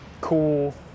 cool